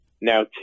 Now